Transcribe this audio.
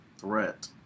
threat